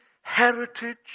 heritage